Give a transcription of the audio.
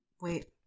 wait